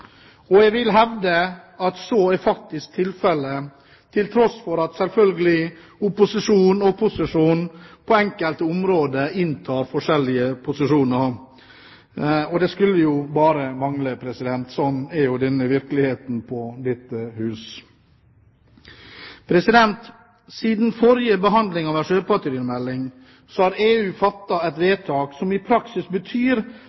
punktene. Jeg vil hevde at så faktisk er tilfelle, til tross for at opposisjon og posisjon på enkelte områder selvfølgelig inntar forskjellige posisjoner. Det skulle jo bare mangle; slik er jo virkeligheten i dette hus. Siden forrige behandling av en sjøpattedyrmelding har EU fattet et vedtak som i praksis betyr